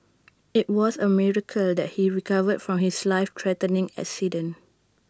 IT was A miracle that he recovered from his life threatening accident